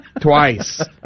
twice